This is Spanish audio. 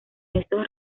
estos